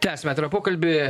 tęsiame atvirą pokalbį